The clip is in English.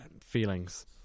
feelings